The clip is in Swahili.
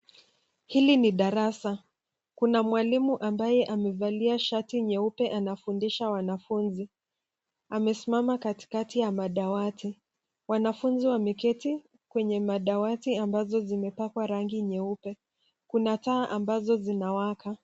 Hili ni darasa. Kuna mwalimu ambaye amevalia shati nyeupe anafundisha wanafunzi. Amesimama katakati ya madawati. Wanafunzi wamekaa kwenye madawati ambazo zimepakwa rangi nyeupe. Kuna taa ambazo zinawaka.